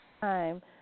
time